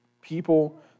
people